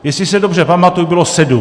Jestli se dobře pamatuji, bylo sedm.